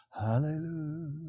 Hallelujah